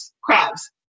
crabs